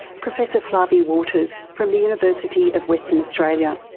professor flavie waters from the university of western australia.